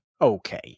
okay